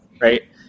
right